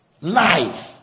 Life